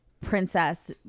princess